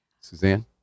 Suzanne